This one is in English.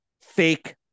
fake